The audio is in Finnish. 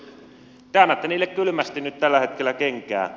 te annatte heille kylmästi nyt tällä hetkellä kenkää